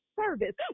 service